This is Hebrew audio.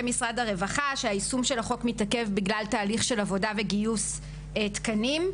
משרד הרווחה שיישום החוק מתעכב עקב תהליך עבודה וגיוס תקנים,